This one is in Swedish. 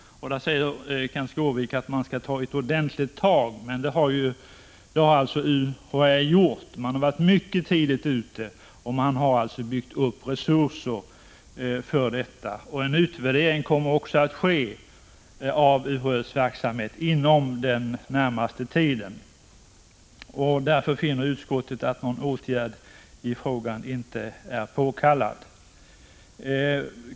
Kenth Skårvik säger att man måste ta ett ordentligt tag i det här avseendet. Det har UHÄ gjort — man har varit mycket tidigt ute och byggt upp resurser för detta. En utvärdering kommer också att ske av UHÄ:s verksamhet i detta avseende inom den närmaste tiden. Därför finner utskottet att någon åtgärd i frågan inte är påkallad.